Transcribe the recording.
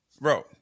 bro